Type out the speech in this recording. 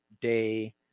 day